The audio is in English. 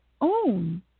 own